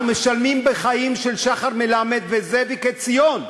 אנחנו משלמים בחיים של שחר מלמד וזאביק עציון.